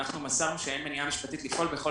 אנחנו מסרנו שאין מניעה משפטית לפעול בכל